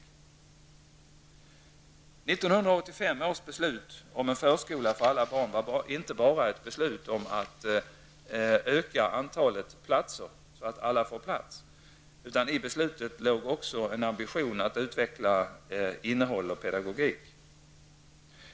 1985 års beslut om en förskola för alla barn var inte bara ett beslut om att öka antalet platser så att alla får plats. I det beslutet låg också en ambition att utveckla innehåll och pedagogik.